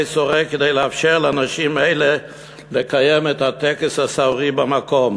סורג כדי לאפשר לנשים האלה לקיים את הטקס הסהרורי במקום.